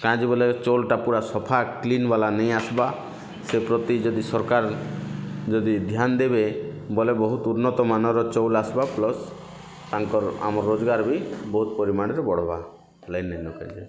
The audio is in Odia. କାଇଁ ଯେ ବୋଲେ ଚଉଲ୍ଟା ପୁରା ସଫା କ୍ଲିନ୍ ବାଲା ନେଇ ଆସିବା ସେ ପ୍ରତି ଯଦି ସରକାର୍ ଯଦି ଧ୍ୟାନ୍ ଦେବେ ବୋଲେ ବହୁତ୍ ଉନ୍ନତମାନର ଚଉଲ୍ ଆସବ ପ୍ଲସ୍ ତାଙ୍କର ଆମର ରୋଜଗାର ବି ବହୁତ୍ ପରିମାଣର ବଢ଼୍ବା ଲାଇ ଲେ ନୁ କେ ଯେ